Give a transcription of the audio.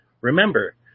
Remember